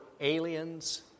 aliens